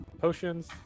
potions